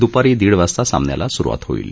दुपारी दीड वाजता सामन्याला सुरुवात होईल